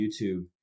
YouTube